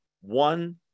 one